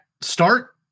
start